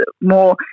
more